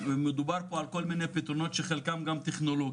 ומדובר פה על כל מיני פתרונות שחלקם גם טכנולוגיים.